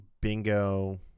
bingo